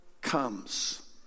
comes